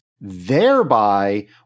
thereby